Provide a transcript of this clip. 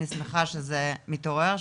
אני שמחה שזה מתעורר,